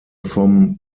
vom